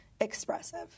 expressive